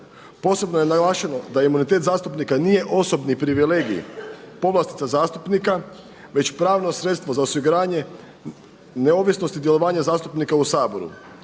Posebno je naglašeno da imunitet zastupnika nije osobni privilegij, povlastica zastupnika već pravno sredstvo za osiguranje neovisnosti djelovanja zastupnika u Saboru.